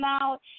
out